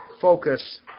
focus